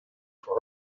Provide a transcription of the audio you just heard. for